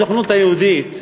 הסוכנות היהודית,